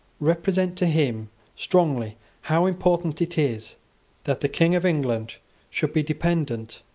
represent to him strongly how important it is that the king of england should be dependent,